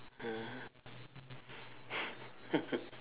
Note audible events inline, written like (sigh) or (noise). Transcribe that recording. mm (laughs)